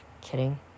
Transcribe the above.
Kidding